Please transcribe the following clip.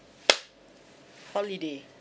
holiday